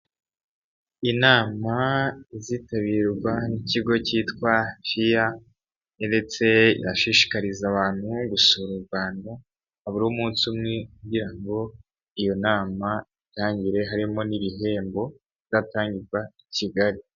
Inama izitabirwa n'ikigo cyitwa FIA ndetse irashishikariza abantu gusura u Rwanda habura umunsi umwe kugira ngo iyo nama itangire harimo n'ibihembo byatangirwa i Kigali.